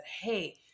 Hey